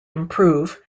improve